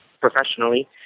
professionally